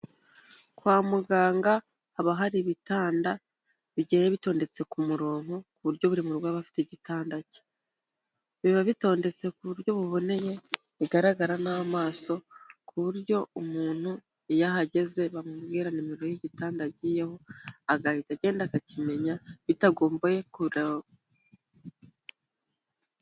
Kwa muganga haba hari ibitanda bigiye bitondetse ku murongo ku buryo buri murwayi aba afite igitanda cye. Biba bitondetse ku buryo buboneye bigaragara n'amaso ku buryo umuntu iyo ahageze bamubwira nimero y'igitanda agiyeho agahita agenda akakimenya bitagombeye kure.